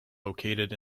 located